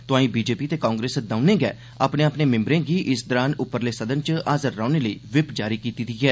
तोआई बीजेपी ते कांग्रेस दौनें गै अपने अपने मिम्बरें गी इस दौरान उप्परले सदन च हाजर रौहने लेई विप जारी कीती दी ऐ